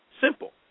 simple